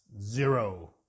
Zero